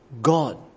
God